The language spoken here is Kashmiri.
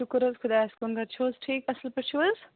شُکُر حظ خۄدایَس کُن گَرِ چھِو حظ ٹھیٖک اَصٕل پٲٹھۍ چھِو حظ